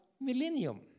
millennium